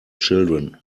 children